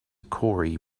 corey